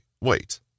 wait